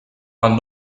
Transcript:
man